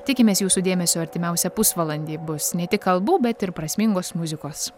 tikimės jūsų dėmesio artimiausią pusvalandį bus ne tik kalbų bet ir prasmingos muzikos